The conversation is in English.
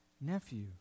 nephew